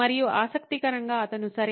మరియు ఆసక్తికరంగా అతను 'సరే